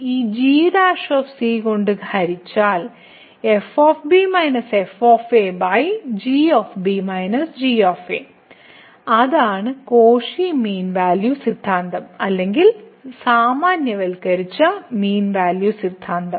ഈ g കൊണ്ട് ഹരിച്ചാൽ അതാണ് കോഷി മീൻ വാല്യൂ സിദ്ധാന്തം അല്ലെങ്കിൽ സാമാന്യവൽക്കരിച്ച മീൻ വാല്യൂ സിദ്ധാന്തം